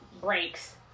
breaks